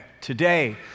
Today